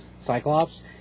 Cyclops